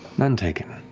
none taken.